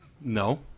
No